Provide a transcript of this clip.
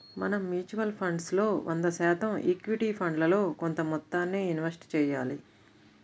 మనం mutual funds లో వంద శాతం ఈక్విటీ ఫండ్లలో కొంత మొత్తాన్నే ఇన్వెస్ట్ చెయ్యాలి